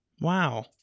Wow